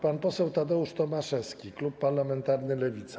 Pan poseł Tadeusz Tomaszewski, klub parlamentarny Lewica.